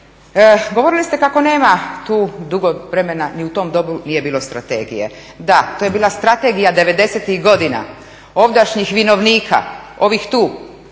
Govorili ste kako nema tu dugo vremena, ni u tom dobu nije bilo strategije. Da, to je bila strategija '90-ih godina, ovdašnjih vinovnika, ovih tu,